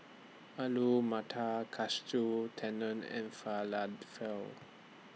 Alu Matar Katsu Tendon and Falafel